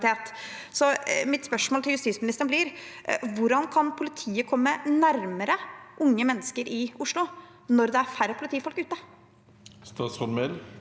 Mitt spørsmål til justisministeren blir da: Hvordan kan politiet komme nærmere unge mennesker i Oslo når det er færre politifolk ute?